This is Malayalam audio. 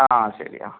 ആ ശരി ആ